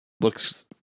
looks